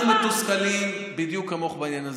אנחנו מתוסכלים בדיוק כמוך בעניין הזה.